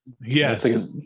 Yes